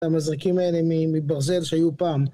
המזרקים האלה מברזל שהיו פעם